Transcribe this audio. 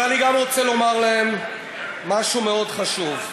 אבל אני גם רוצה לומר להם משהו מאוד חשוב: